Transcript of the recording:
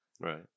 Right